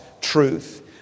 truth